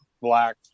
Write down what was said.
black